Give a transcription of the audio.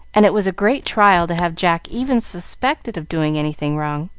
and it was a great trial to have jack even suspected of doing anything wrong.